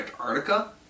Antarctica